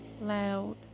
loud